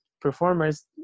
performers